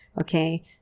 Okay